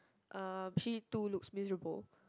um she too looks miserable